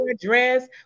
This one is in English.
dress